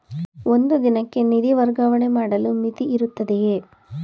ಒಂದು ದಿನಕ್ಕೆ ನಿಧಿ ವರ್ಗಾವಣೆ ಮಾಡಲು ಮಿತಿಯಿರುತ್ತದೆಯೇ?